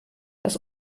das